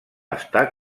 està